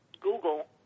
Google